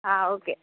okay